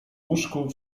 łóżku